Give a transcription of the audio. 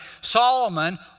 Solomon